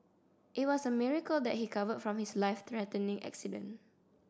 it was a miracle that he recovered from his life threatening accident